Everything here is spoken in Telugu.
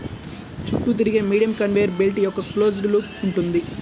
చుట్టూ తిరిగే మీడియం కన్వేయర్ బెల్ట్ యొక్క క్లోజ్డ్ లూప్ ఉంటుంది